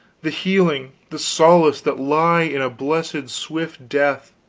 the healing, the solace that lie in a blessed swift death